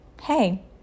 Hey